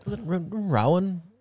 Rowan